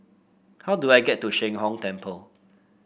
how do I get to Sheng Hong Temple